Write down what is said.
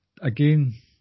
again